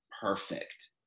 perfect